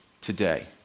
today